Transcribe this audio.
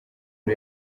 uri